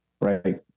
Right